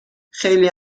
خیلی